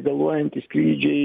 vėluojantys skrydžiai